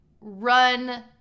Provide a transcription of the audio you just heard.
run